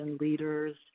leaders